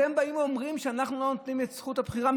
אתם באים ואומרים שאנחנו לא נותנים את זכות הבחירה?